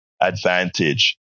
Advantage